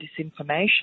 disinformation